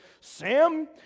Sam